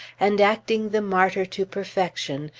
and acting the martyr to perfection,